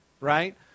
right